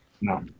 No